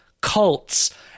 cults